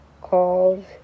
calls